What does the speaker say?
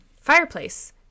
fireplace